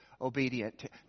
Obedient